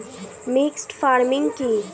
Mixed farming কি?